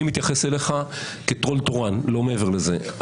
אני מתייחס אליך כאל טרול תורן, לא מעבר לזה.